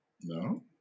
No